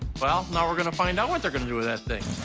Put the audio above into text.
well, now we're gonna find out what they're gonna do with that thing.